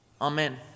Amen